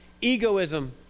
egoism